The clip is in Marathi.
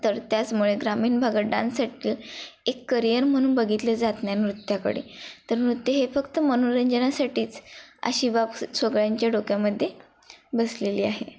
तर त्याचमुळे ग्रामीण भागात डान्ससाठी एक करियर म्हणून बघितले जात नाही नृत्याकडे तर नृत्य हे फक्त मनोरंजनासाठीच अशी बाब सगळ्यांच्या डोक्यामध्ये बसलेली आहे